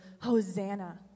Hosanna